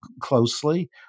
closely